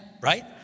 right